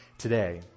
today